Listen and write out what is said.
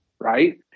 Right